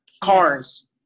cars